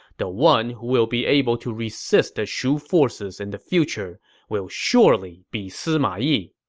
the one who will be able to resist the shu forces in the future will surely be sima yi.